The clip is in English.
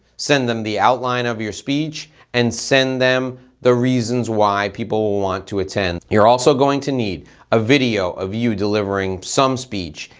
send them the outline of your speech and send them the reasons why people will want to attend. you're also going to need a video of you delivering some speech,